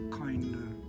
kinder